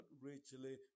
richly